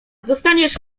dostaniesz